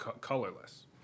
colorless